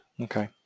Okay